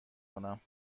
کنم